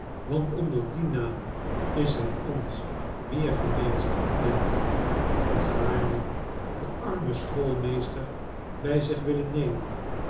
want onder dien naam is hij ons meer gemeenzaam bekend had gaarne den armen schoolmeester bij zich willen nemen